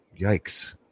Yikes